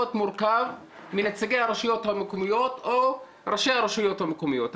מורכב מנציגי הרשויות המקומיות או ראשי הרשויות המקומיות.